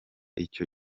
icyo